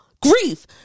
Grief